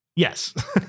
yes